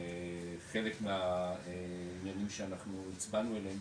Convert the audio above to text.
וחלק מהעניינים שאנחנו הצבענו אליהם